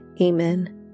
Amen